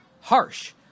harsh